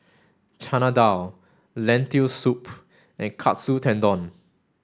Chana Dal Lentil soup and Katsu Tendon